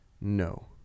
No